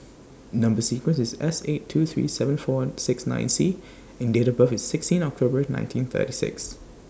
Number sequence IS S eight two three seven four six nine C and Date of birth IS sixteen October nineteen thirty six